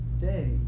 day